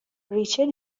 ریچل